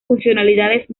funcionalidades